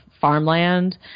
farmland